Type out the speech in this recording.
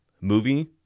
movie